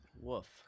Woof